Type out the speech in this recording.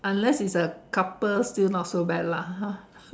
unless is a couple still not so bad lah